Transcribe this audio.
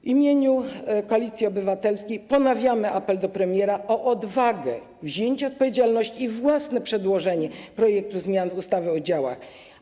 W imieniu Koalicji Obywatelskiej ponawiamy apel do premiera o odwagę, wzięcie odpowiedzialności i przedłożenie własnego projektu zmian w ustawie o działach.